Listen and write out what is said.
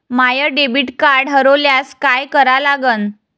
माय debit card हरोल्यास काय करा लागन?